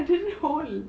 I didn't hold